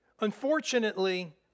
Unfortunately